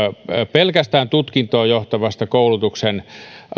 pelkästään tutkintoon johtavan koulutuksen